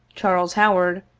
charles howard,